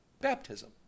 Baptism